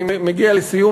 אני מגיע לסיום,